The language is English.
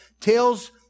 tells